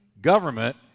government